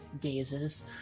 gazes